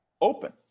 open